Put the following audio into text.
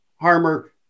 Harmer